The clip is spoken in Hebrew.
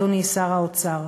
אדוני שר האוצר,